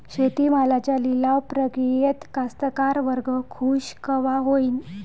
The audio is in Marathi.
शेती मालाच्या लिलाव प्रक्रियेत कास्तकार वर्ग खूष कवा होईन?